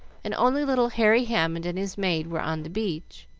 and only little harry hammond and his maid were on the beach.